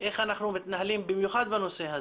איך אנחנו מתנהלים במיוחד בנושא הזה?